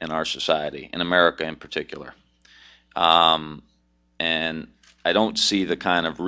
in our society in america in particular and i don't see the kind of